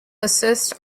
assist